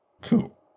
Cool